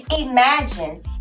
Imagine